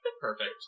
Perfect